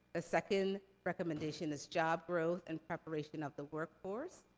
ah second recommendation is job growth and preparation of the workforce.